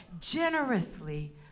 generously